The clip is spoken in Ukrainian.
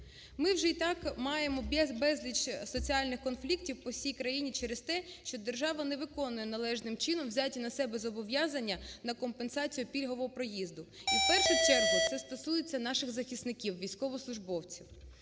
Ми вже й так маємо безліч соціальних конфліктів по всій країні через те, що держава не виконує належним чином взяті на себе зобов'язання на компенсацію пільгового проїзду і, в першу чергу, це стосується наших захисників, військовослужбовців.